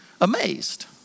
amazed